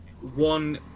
one